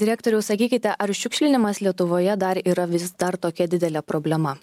direktoriau sakykite ar šiukšlinimas lietuvoje dar yra vis dar tokia didelė problema